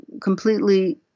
completely